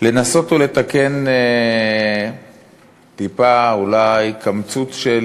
לנסות ולתקן טיפה, אולי קמצוץ,